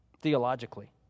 theologically